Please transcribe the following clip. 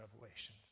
Revelation